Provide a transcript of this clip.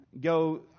go